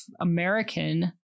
American